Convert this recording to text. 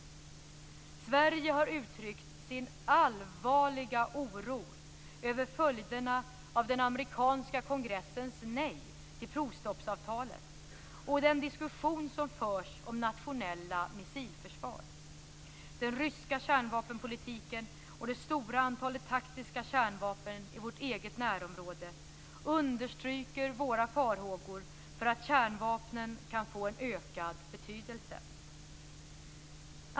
Sverige har uttryckt sin allvarliga oro över följderna av den amerikanska kongressens nej till provstoppsavtalet och den diskussion som förs om nationella missilförsvar. Den ryska kärnvapenpolitiken, och det stora antalet taktiska kärnvapen i vårt eget närområde, understryker våra farhågor för att kärnvapnen kan få en ökad betydelse.